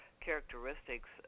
characteristics